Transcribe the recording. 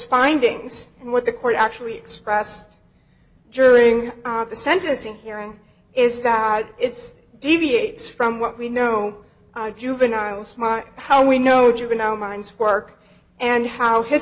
findings and what the court actually expressed during the sentencing hearing is that it's deviates from what we know juveniles my how we know juvenile minds work and how his